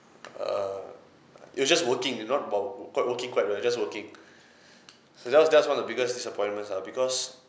err it was just working not about quite working quite well just working so that was just one of the biggest disappointments lah because